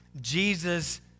Jesus